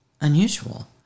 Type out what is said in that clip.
unusual